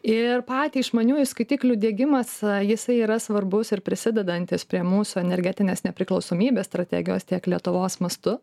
ir patį išmaniųjų skaitiklių diegimas jisai yra svarbus ir prisidedantis prie mūsų energetinės nepriklausomybės strategijos tiek lietuvos mastu